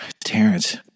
Terrence